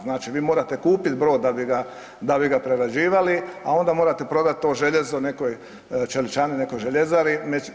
Znači vi morate kupiti brod da bi ga prerađivali, a onda morate prodati to željezo nekoj čeličani, nekoj željezariji.